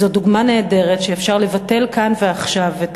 זאת דוגמה נהדרת שאפשר לבטל כאן ועכשיו את